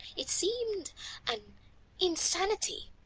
it seemed an insanity,